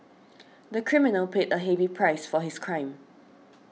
the criminal paid a heavy price for his crime